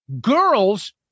girls